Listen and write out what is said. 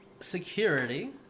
security